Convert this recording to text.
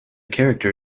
character